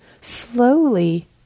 slowly